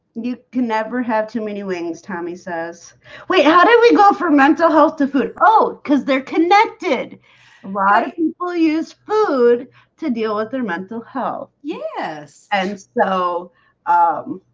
you can never have too many ladies tommy says wait, how do we go from mental health to food? oh because they're connected why we'll use food to deal with their mental health yes, and so um